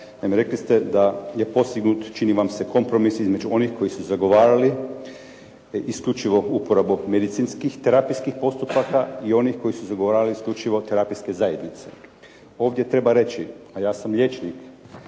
rekli ste da je postignut čini vam se kompromis između onih koji su zagovarali isključivo uporabu medicinskih terapijskih postupaka i onih koji su zagovarali isključivo terapijske zajednice. Ovdje treba reći, a ja sam liječnik